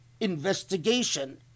investigation